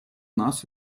нас